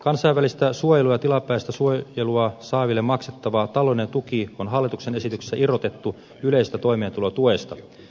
kansainvälistä suojelua ja tilapäistä suojelua saaville maksettava taloudellinen tuki on hallituksen esityksessä irrotettu yleisestä toimeentulotuesta